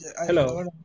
Hello